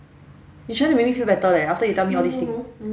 you trying to make me feel better leh after you tell me all these thing